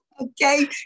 Okay